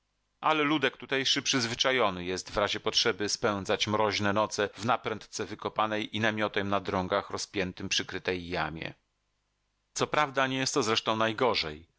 ale ludek tutejszy przyzwyczajony jest w razie potrzeby spędzać mroźne noce w naprędce wykopanej i namiotem na drągach rozpiętym przykrytej jamie co prawda nie jest to zresztą najgorzej